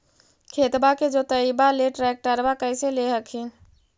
खेतबा के जोतयबा ले ट्रैक्टरबा कैसे ले हखिन?